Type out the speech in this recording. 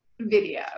video